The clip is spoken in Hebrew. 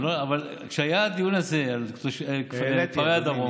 אבל כשהיה הדיון הזה על כפרי הדרום,